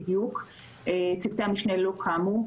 צוותי המשנה לא קמו.